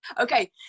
Okay